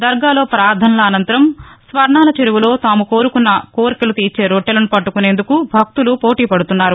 దర్గాలో ప్రార్లనల అనంతరం స్వర్ణాల చెరువులో తాము కోరుకున్న కోర్కెలు తీర్చే రొట్టెలను పట్టుకునేందుకు భక్తులు పోటీ పడుతున్నారు